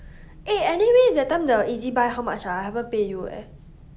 eh anyway that time the Ezbuy how much ah I haven't pay you eh